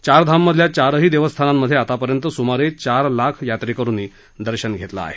चारधाममधल्या चारही देवस्थांनामधे आतापर्यंत सुमारे चार लाख यात्रेकरुंनी दर्शन घेतलं आहे